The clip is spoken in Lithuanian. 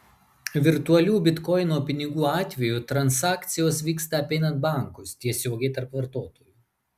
virtualių bitkoino pinigų atveju transakcijos vyksta apeinant bankus tiesiogiai tarp vartotojų